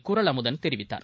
குறள் அமுதன் தெரிவித்தார்